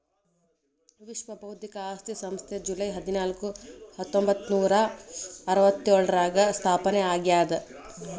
ವಿಶ್ವ ಬೌದ್ಧಿಕ ಆಸ್ತಿ ಸಂಸ್ಥೆ ಜೂಲೈ ಹದ್ನಾಕು ಹತ್ತೊಂಬತ್ತನೂರಾ ಅರವತ್ತ್ಯೋಳರಾಗ ಸ್ಥಾಪನೆ ಆಗ್ಯಾದ